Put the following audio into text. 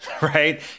right